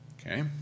Okay